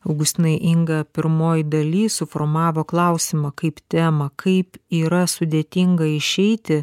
augustinai inga pirmoj daly suformavo klausimą kaip temą kaip yra sudėtinga išeiti